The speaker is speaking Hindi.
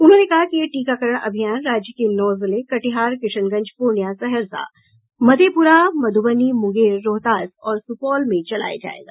उन्होंने कहा कि यह टीकाकरण अभियान राज्य के नौ जिले कटिहार किशनगंज पूर्णियां सहरसा मधेपुरा मधुबनी मुंगेर रोहतास और सुपौल में चलाया जायेगा